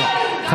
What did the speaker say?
אתה מדבר?